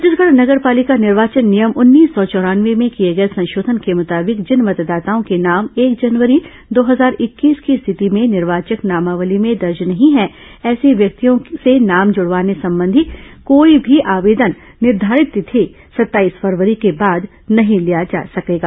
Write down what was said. छत्तीसगढ़ नगर पालिका निर्वाचन नियम उन्नीस सौ चौरानवे में किए गए संशोधन के मृताबिक जिन मतदाताओं के नाम एक जनवरी दो हजार इक्कीस की स्थिति में निर्वाचक नामावली में दर्ज नहीं हैं ऐसे व्यक्तियों से नाम जुड़वाने संबंधी कोई भी आवेदन निर्धारित तिथि सत्ताईस फरवरी के बाद नहीं लिया जाएगा